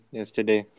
yesterday